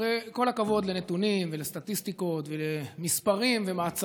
הרי עם כל הכבוד לנתונים ולסטטיסטיקות ולמספרים ולמעצרים,